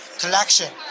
collection